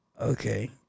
Okay